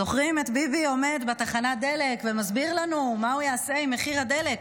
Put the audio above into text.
זוכרים את ביבי עומד בתחנת דלק ומסביר לנו מה הוא יעשה עם מחיר הדלק?